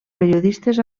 periodistes